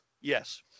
Yes